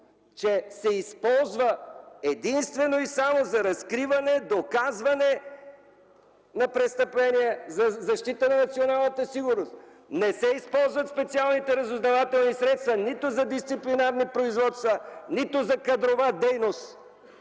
че се използва единствено и само за разкриване, доказване на престъпления за защита на националната сигурност. Не се използват специалните разузнавателни средства нито за дисциплинарни производства, нито за кадрова дейност.